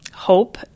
Hope